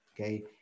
okay